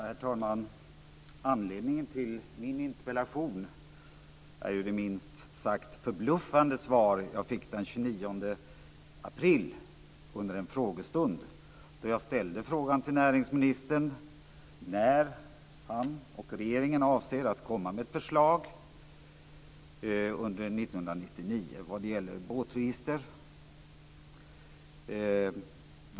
Herr talman! Anledningen till min interpellation är det minst sagt förbluffande svar jag fick den 29 april, då jag under en frågestånd frågade näringsministern när under 1999 han och regeringen avser att komma med ett förslag vad det gäller båtregister.